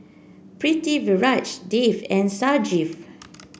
Pritiviraj Dev and Sanjeev